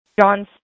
John